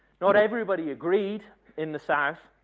not everybody agreed in the south